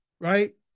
right